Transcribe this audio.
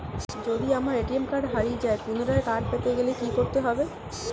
যদি আমার ATM card হারিয়ে যায় পুনরায় কার্ড পেতে গেলে কি করতে হবে?